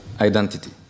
identity